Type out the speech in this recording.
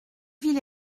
ville